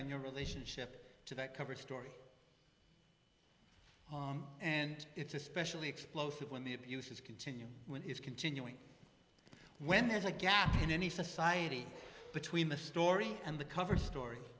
on your relationship to that cover story and it's especially explosive when the abuse is continued when is continuing when there's a gap in any society between the story and the cover stor